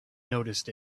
noticed